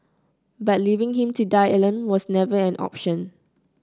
but leaving him to die alone was never an option